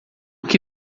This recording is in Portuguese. que